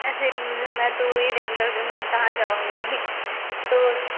अरे मुझे में तो वही रेगुलर कहाँ जाऊँगी तो